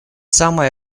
самое